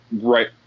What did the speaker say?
right